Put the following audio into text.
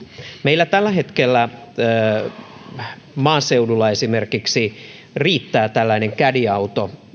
meillä tällä hetkellä esimerkiksi maaseudulla riittää tällainen caddy auto